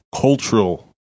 cultural